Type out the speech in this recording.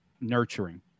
nurturing